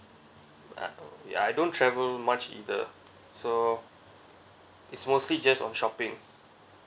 uh ya I don't travel much either so it's mostly just on shopping